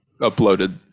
uploaded